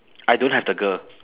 I don't have the girl